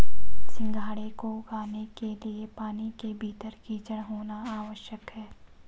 सिंघाड़े को उगाने के लिए पानी के भीतर कीचड़ होना आवश्यक है